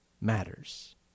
matters